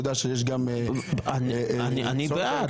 אני בעד.